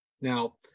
Now